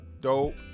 dope